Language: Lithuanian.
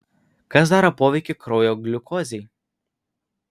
kas daro poveikį kraujo gliukozei